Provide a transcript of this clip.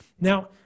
Now